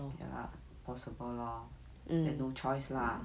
ya lah possible lor then no choice lah